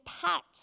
packed